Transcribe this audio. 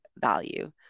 value